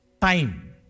time